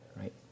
right